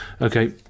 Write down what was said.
Okay